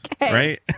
Right